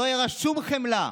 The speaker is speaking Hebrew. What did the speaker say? שלא הראה שום חמלה.